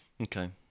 Okay